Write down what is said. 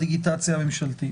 בדיגיטציה הממשלתית